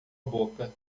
boca